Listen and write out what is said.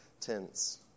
tents